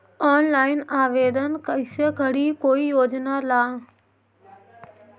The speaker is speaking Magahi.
ऑनलाइन आवेदन कैसे करी कोई योजना ला?